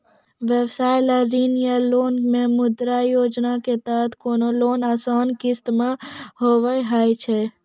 व्यवसाय ला ऋण या लोन मे मुद्रा योजना के तहत कोनो लोन आसान किस्त मे हाव हाय?